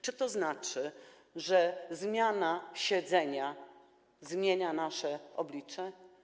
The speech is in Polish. Czy to znaczy, że zmiana siedzenia zmienia nasze oblicze?